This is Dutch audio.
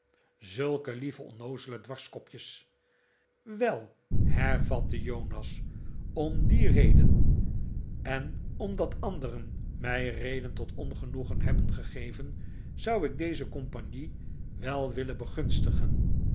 zulke lieve onnoozele dwarskopjes wel hervatte jonas om die reden f en omdat anderen mij reden tot ongenoegen hebben gegeven zou ik deze compagnie wel willen begunstigen